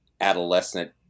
adolescent